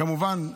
כמובן,